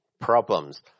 problems